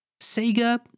Sega